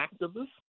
activist